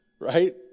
right